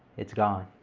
it's gone.